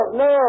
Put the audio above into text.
no